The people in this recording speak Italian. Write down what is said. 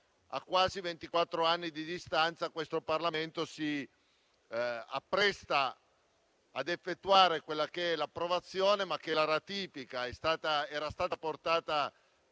Grazie a tutti